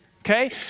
okay